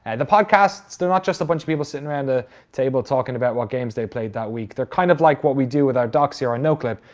and the podcasts, they're not just a bunch of people sitting around a table talking about what games they played that week. they're kind of like what we do with our docs here on noclip.